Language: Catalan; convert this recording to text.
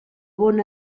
bon